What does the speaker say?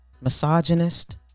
Misogynist